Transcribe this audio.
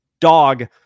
dog